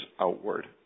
outward